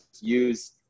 use